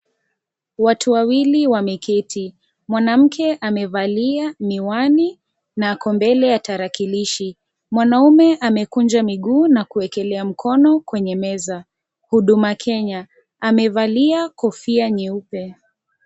Watu wawili wameketi. Mwanamke amevalia miwani na ako mbele ya tarakilishi mwanaume amekunja miguu na kuekelea mkono kwenye meza. Huduma Kenya, amevalia kofia nyeupe.